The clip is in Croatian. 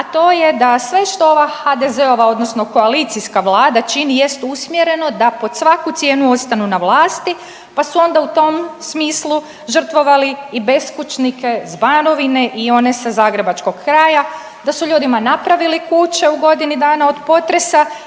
a to je da sve što ova HDZ-ova odnosno koalicijska Vlada čini jest usmjereno da pod svaku cijenu ostanu na vlasti, pa su onda u tom smislu žrtvovali i beskućnike s Banovine i one sa zagrebačkog kraja da su ljudima napravili kuće u godini dana od potresa